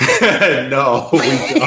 No